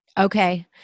Okay